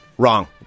Wrong